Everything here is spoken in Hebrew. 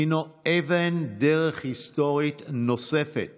הינו אבן דרך היסטורית נוספת